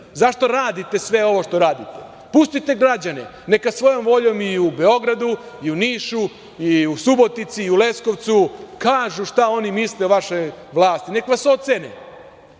Zašto radite sve ovo što radite? Pustite građane neka svojom voljom i u Beogradu i u Nišu i u Subotici i u Leskovcu kažu šta oni misle o vašoj vlasti, neka vas